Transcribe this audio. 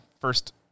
first